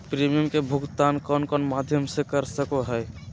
Premium के भुक्तान कौन कौन माध्यम से कर सको है?